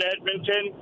Edmonton